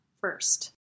first